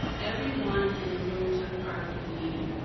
everyone in the room took part in the meeting.